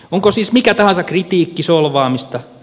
onko siis mikä tahansa kritiikki solvaamista